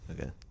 Okay